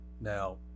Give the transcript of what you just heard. Now